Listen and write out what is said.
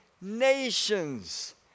nations